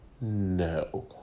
No